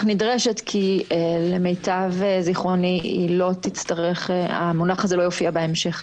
נדרשת כי למיטב זיכרוני המונח הזה לא יופיע בהמשך.